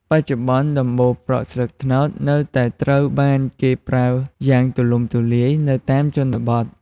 បច្ចុប្បន្ន ដំបូលប្រក់ស្លឹកត្នោតនៅតែត្រូវបានគេប្រើយ៉ាងទូលំទូលាយនៅតាមជនបទ។